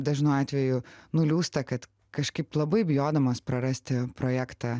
dažnu atveju nuliūsta kad kažkaip labai bijodamas prarasti projektą